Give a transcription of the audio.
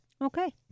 Okay